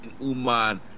Uman